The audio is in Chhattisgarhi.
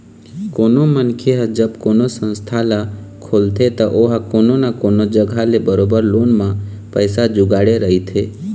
कोनो मनखे ह जब कोनो संस्था ल खोलथे त ओहा कोनो न कोनो जघा ले बरोबर लोन म पइसा जुगाड़े रहिथे